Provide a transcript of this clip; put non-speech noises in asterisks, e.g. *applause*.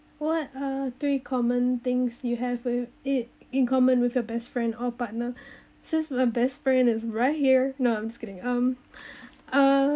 what are three common things you have with it in common with your best friend or partner *breath* since my best friend is right here no I'm just kidding um *breath* uh